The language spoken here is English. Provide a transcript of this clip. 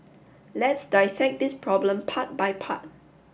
let's dissect this problem part by part